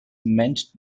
meant